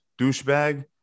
douchebag